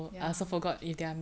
ya